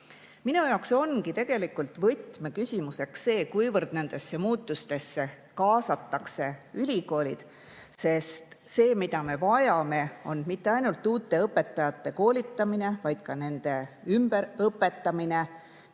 Minu jaoks ongi võtmeküsimuseks see, kuivõrd nendesse muutustesse kaasatakse ülikoolid, sest see, mida me vajame, on mitte ainult uute õpetajate koolitamine, vaid ka nende ümberõpetamine,